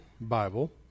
Bible